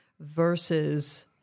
versus